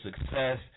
success